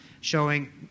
showing